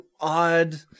odd